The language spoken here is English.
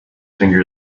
finger